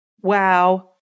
Wow